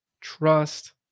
Trust